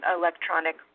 electronic